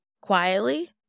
quietly